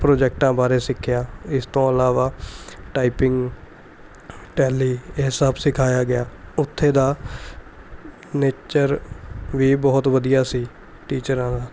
ਪ੍ਰੋਜੈਕਟਾਂ ਬਾਰੇ ਸਿੱਖਿਆ ਇਸ ਤੋਂ ਇਲਾਵਾ ਟਾਈਪਿੰਗ ਟੈਲੀ ਇਹ ਸਭ ਸਿਖਾਇਆ ਗਿਆ ਉੱਥੇ ਦਾ ਨੇਚਰ ਵੀ ਬਹੁਤ ਵਧੀਆ ਸੀ ਟੀਚਰਾਂ ਦਾ